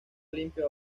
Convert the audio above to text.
limpio